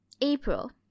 April